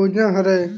योजना हरय